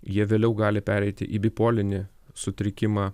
jie vėliau gali pereiti į bipolinį sutrikimą